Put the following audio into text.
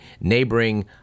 neighboring